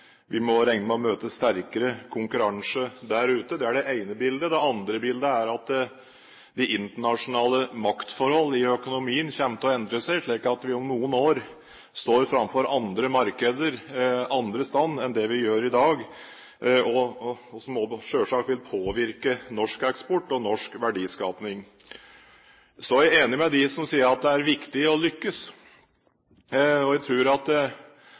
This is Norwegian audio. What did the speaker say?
vi må regne med å møte sterkere konkurranse der ute. Det er det ene bildet. Det andre bildet er at de internasjonale maktforholdene i økonomien kommer til å endre seg, slik at vi om noen år står framfor andre markeder andre steder enn det vi gjør i dag, noe som selvsagt også vil påvirke norsk eksport og norsk verdiskaping. Så er jeg enig med dem som sier at det er viktig å lykkes. Jeg tror at vi skal ha den rausheten både i politikk og ellers at